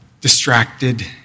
distracted